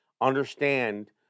understand